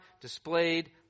displayed